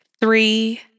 three